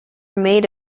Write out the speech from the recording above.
made